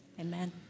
amen